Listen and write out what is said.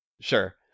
Sure